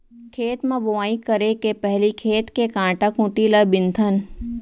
खेत म बोंवई करे के पहिली खेत के कांटा खूंटी ल बिनथन